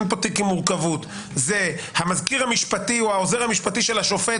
אין פה תיק עם מורכבות זה המזכיר המשפטי או העוזר המשפטי של השופט,